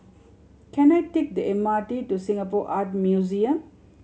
can I take the M R T to Singapore Art Museum